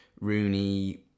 Rooney